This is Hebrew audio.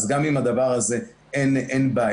אז גם עם הדבר הזה אין בעיה.